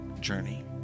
journey